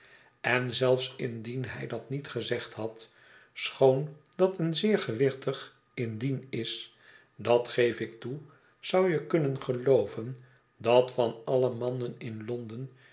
en zelfs indien hij dat niet gezegd had schoon dat een zeer gewichtig indien is dat geef ik toe zou je kunnen gelooven dat van alle mannen in londen